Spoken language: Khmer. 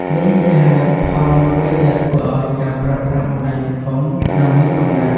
នេះជាហេតុផលមួយដែលធ្វើឱ្យការប្រើប្រាស់បណ្ដាញសង្គមនៅមានកម្រិត។